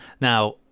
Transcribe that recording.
now